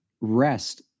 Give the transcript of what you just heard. rest